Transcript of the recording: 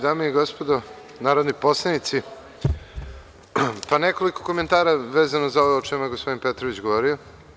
Dame i gospodo narodni poslanici, nekoliko komentara vezano za ovo o čemu je gospodin Petrović govorio.